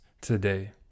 today